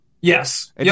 Yes